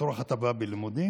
לצורך הטבה בלימודים,